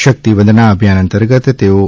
શક્તિવંદના અભિયાન અંતર્ગત તેઓ તા